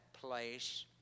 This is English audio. place